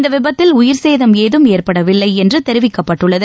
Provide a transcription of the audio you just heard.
இந்த விபத்தில் உயிர்ச்சேதம் ஏதும் ஏற்படவில்லை என்று தெரிவிக்கப்பட்டுள்ளது